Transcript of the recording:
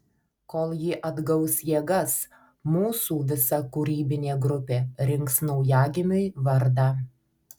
kol ji atgaus jėgas mūsų visa kūrybinė grupė rinks naujagimiui vardą